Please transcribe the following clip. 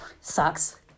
sucks